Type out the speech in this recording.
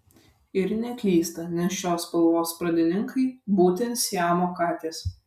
ir neklysta nes šios spalvos pradininkai būtent siamo katės